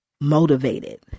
motivated